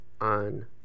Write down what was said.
on